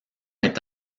est